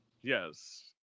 Yes